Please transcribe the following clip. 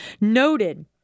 noted